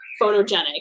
photogenic